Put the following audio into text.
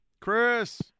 Chris